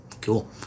Cool